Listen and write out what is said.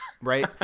right